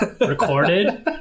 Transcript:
recorded